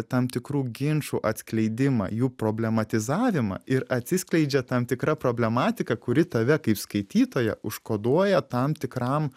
tam tikrų ginčų atskleidimą jų problematizavimą ir atsiskleidžia tam tikra problematika kuri tave kaip skaitytoją užkoduoja tam tikram